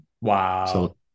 Wow